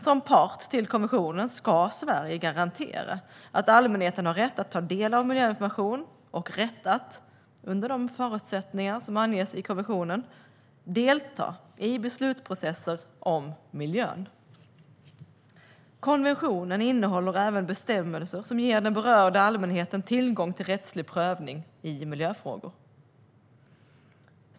Som part till konventionen ska Sverige garantera att allmänheten har rätt att ta del av miljöinformation och rätt att, under de förutsättningar som anges i konventionen, delta i beslutsprocesser om miljön. Konventionen innehåller även bestämmelser som ger den berörda allmänheten tillgång till rättslig prövning i miljöfrågor.